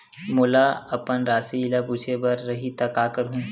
मोला अपन राशि ल पूछे बर रही त का करहूं?